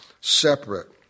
separate